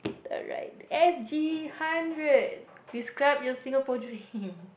alright S_G hundred describe your Singapore dream